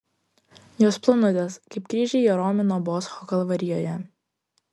jos plonutės kaip kryžiai jeronimo boscho kalvarijoje